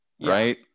right